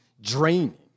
draining